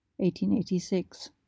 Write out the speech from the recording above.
1886